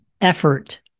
effort